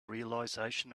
realization